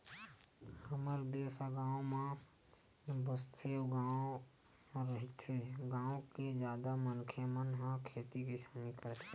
हमर देस ह गाँव म बसथे अउ गॉव रहिथे, गाँव के जादा मनखे मन ह खेती किसानी करथे